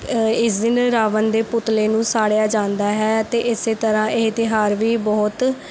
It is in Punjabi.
ਇਸ ਦਿਨ ਰਾਵਣ ਦੇ ਪੁਤਲੇ ਨੂੰ ਸਾੜਿਆ ਜਾਂਦਾ ਹੈ ਅਤੇ ਇਸੇ ਤਰ੍ਹਾਂ ਇਹ ਤਿਉਹਾਰ ਵੀ ਬਹੁਤ